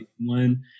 one